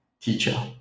teacher